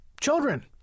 Children